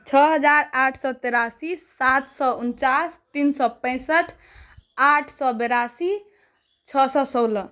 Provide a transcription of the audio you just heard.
छओ हजार आठ सए तेरसी सात सए उनचास तीन सए पैंसठ आठ सए बेरासी छओ सए सोलह